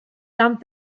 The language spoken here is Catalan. tant